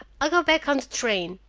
i'll go back on the train.